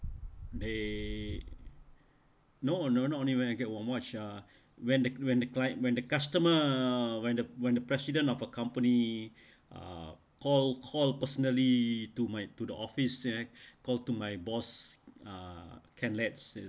they no no not only when I get warm ah when the when the cli~ when the customer uh when the when the president of accompany uh call call personally to my to the office eh call to my boss uh can let's